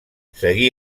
seguí